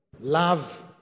love